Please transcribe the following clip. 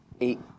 eight